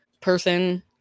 person